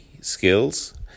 skills